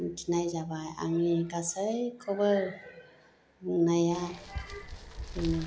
मिथिनाय जाबाय आंनि गासैखौबो बुंनाया बेनो